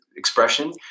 Expression